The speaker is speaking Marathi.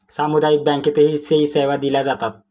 सामुदायिक बँकेतही सी सेवा दिल्या जातात